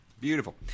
Beautiful